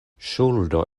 ŝuldo